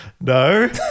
No